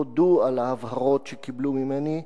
הודו על ההבהרות שקיבלו ממני,